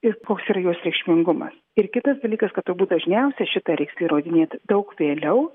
ir koks yra jos reikšmingumas ir kitas dalykas kad turbūt dažniausiai šitą reiks įrodinėti daug vėliau